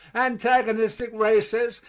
antagonistic races,